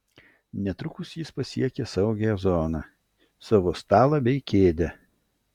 netrukus jis pasiekė saugią zoną savo stalą bei kėdę